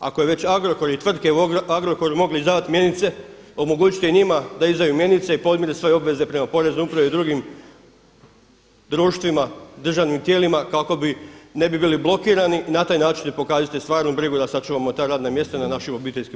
Ako je već Agrokor i tvrtke Agrokor mogli izdavati mjenice omogućite i njima da izdaju mjenice i podmire svoje obveze prema Poreznoj upravi i drugim društvima državnim tijelima kako ne bi bili blokirani i na taj način im pokažite stvarnu brigu da sačuvamo ta radna mjesta na našim OPG-ima.